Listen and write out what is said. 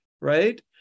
Right